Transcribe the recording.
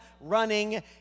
running